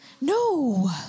No